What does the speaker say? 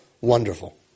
wonderful